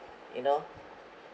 you know